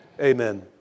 Amen